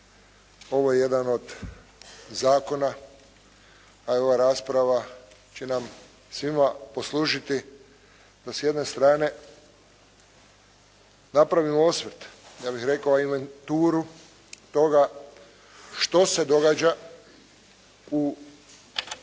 ovo je jedan od zakona, a i ova rasprava će nam svima poslužiti da s jedne strane napravimo osvrt, ja bih rekao, a inventuru toga što se događa u procesu